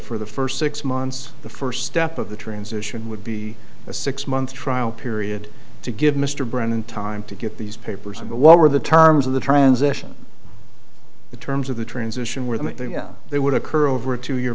for the first six months the first step of the transition would be a six month trial period to give mr brennan time to get these papers and what were the terms of the transition the terms of the transition where the they would occur over a two year